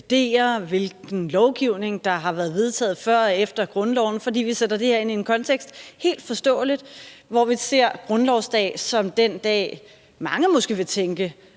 hvilken lovgivning der har været vedtaget før og efter grundloven, fordi vi sætter det her ind i en kontekst – helt forståeligt – hvor vi ser grundlovsdag som den dag, mange måske vil tænke